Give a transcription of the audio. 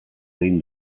egin